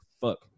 fuck